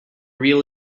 real